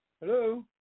hello